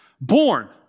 born